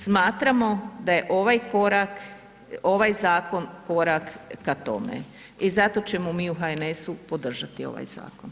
Smatramo da je ovaj korak, ovaj zakon korak ka tome i zato ćemo mi u HNS-u podržati ovaj zakon.